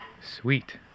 Sweet